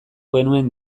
genuen